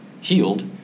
healed